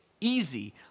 easy